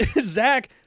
Zach